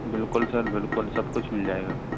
बिल्कुल सर बिल्कुल सब कुछ मिल जाएगा सर